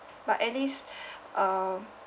but at least um